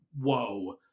whoa